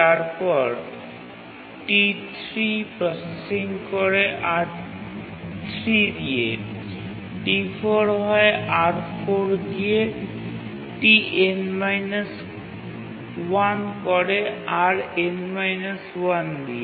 তারপর T3 processing করে R3 দিয়ে T4 হয় R4 দিয়ে Tn 1 করে Rn 1 দিয়ে